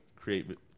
create